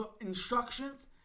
instructions